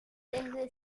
desde